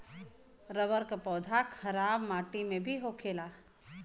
rubber क पौधा खराब माटी में भी होखेला